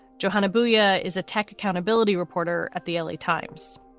johanna boudia is a tech accountability reporter at the l a. times.